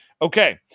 Okay